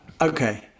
okay